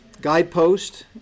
guidepost